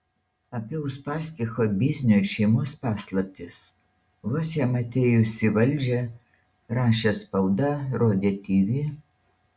apie uspaskicho biznio ir šeimos paslaptis vos jam atėjus į valdžią rašė spauda rodė tv